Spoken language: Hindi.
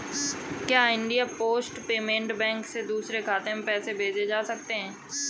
क्या इंडिया पोस्ट पेमेंट बैंक से दूसरे खाते में पैसे भेजे जा सकते हैं?